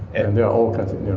and there are all kinds of.